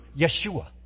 Yeshua